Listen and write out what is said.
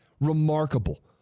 Remarkable